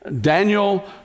Daniel